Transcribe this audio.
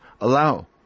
allow